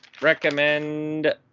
recommend